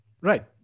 Right